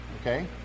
Okay